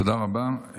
תודה רבה.